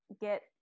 get